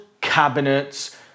cabinets